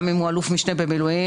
גם אם הוא אלוף משנה במילואים,